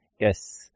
Yes